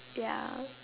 ya